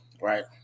right